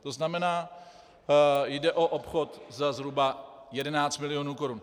To znamená, jde o obchod za zhruba 11 milionů korun.